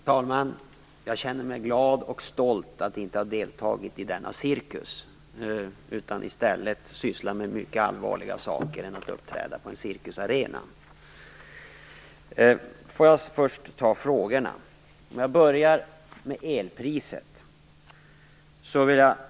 Herr talman! Jag känner mig glad och stolt över att inte ha deltagit i denna cirkus. Jag sysslar med mycket allvarligare saker än att uppträda på en cirkusarena. Jag skall först ta upp frågorna. Jag börjar med elpriset.